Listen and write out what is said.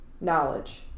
knowledge